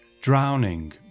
drowning